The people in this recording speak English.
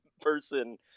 person